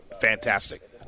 fantastic